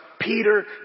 Peter